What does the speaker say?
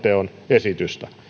esitystä